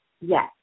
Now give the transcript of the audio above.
Yes